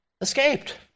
escaped